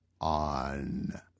on